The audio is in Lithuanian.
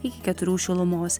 iki keturių šilumos